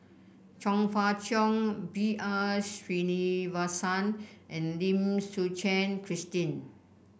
Chong Fah Cheong B R Sreenivasan and Lim Suchen Christine